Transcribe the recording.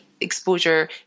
exposure